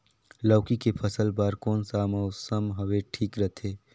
लौकी के फसल बार कोन सा मौसम हवे ठीक रथे?